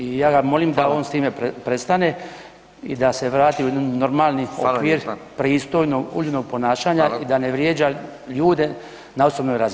I ja ga [[Upadica Radin: Hvala.]] molim da on s time prestane i da se vrati u jedan normalni okvir pristojnog, uljudnog ponašanja [[Upadica Radin: Hvala.]] i da ne vrijeđa ljude na osobnoj razini.